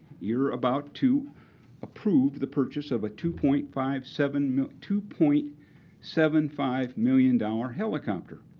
you're about to approve the purchase of a two point five seven two point seven five million dollars helicopter.